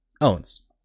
owns